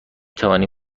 توانی